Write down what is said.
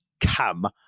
come